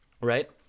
right